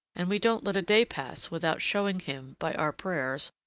and we don't let a day pass without showing him, by our prayers,